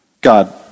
God